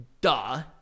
Duh